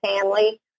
family